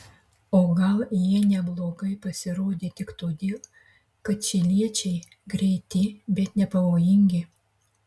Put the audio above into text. o gal jie neblogai pasirodė tik todėl kad čiliečiai greiti bet nepavojingi